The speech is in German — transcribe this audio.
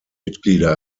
mitglieder